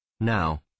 Now